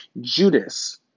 Judas